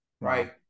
right